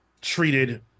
treated